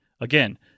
Again